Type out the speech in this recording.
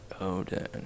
Odin